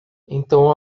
então